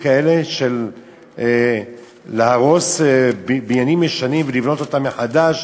כאלה של להרוס בניינים ישנים ולבנות אותם מחדש,